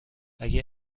اگه